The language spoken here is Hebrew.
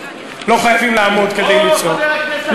לא חייבים לעמוד כדי לצעוק.